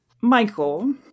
Michael